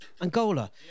Angola